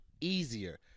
easier